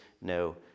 no